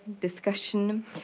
discussion